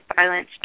violence